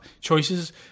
choices